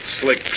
Slick